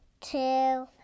two